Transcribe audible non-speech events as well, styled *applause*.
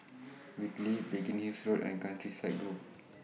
Whitley *noise* Biggin Ill's Road and Countryside *noise* Grove